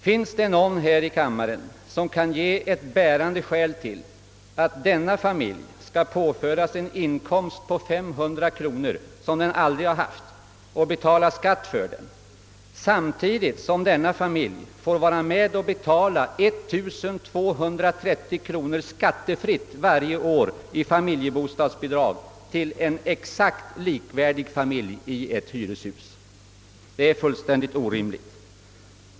Finns det någon här i kammaren som kan ge ett bärande skäl för att denna familj skall påföras en inkomst på 500 kronor som den aldrig haft och betala skatt för den, samtidigt som familjen får vara med och betala 1230 kronor skattefritt varje år i familjebostadsbidrag till en exakt likvärdig familj i ett hyreshus? Det är fullkomligt orimligt.